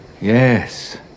Yes